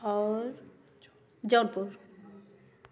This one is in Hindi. और जौनपुर